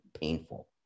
painful